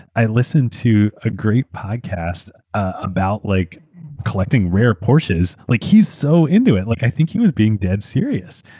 i listened to a great podcast about like collecting rare porsches. like he's so into it, like i think he was being dead serious.